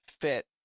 fit